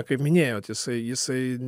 kaip minėjot jisai jisai